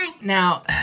Now